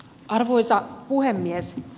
arvoisa puhemies